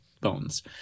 bones